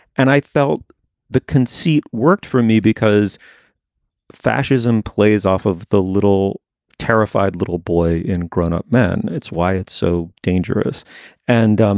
and i felt the conceit worked for me because fascism fascism plays off of the little terrified little boy in grown up men. it's why it's so dangerous and. um